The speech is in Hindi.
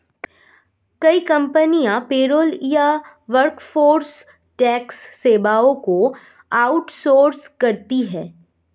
कई कंपनियां पेरोल या वर्कफोर्स टैक्स सेवाओं को आउट सोर्स करती है